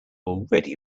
already